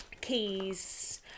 Keys